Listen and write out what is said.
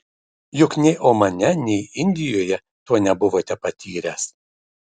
juk nei omane nei indijoje to nebuvote patyręs